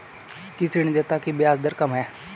किस ऋणदाता की ब्याज दर कम है?